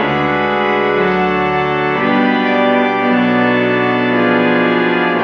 and